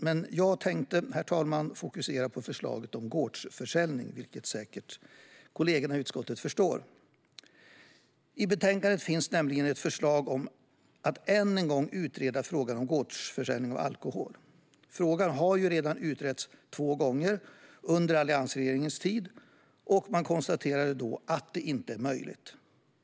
Men jag tänkte, herr talman, fokusera på förslaget om gårdsförsäljning, vilket säkert kollegorna i utskottet förstår. I betänkandet finns nämligen ett förslag om att än en gång utreda frågan om gårdsförsäljning av alkohol. Frågan har redan utretts två gånger under alliansregeringens tid, och man konstaterade då att det inte är möjligt.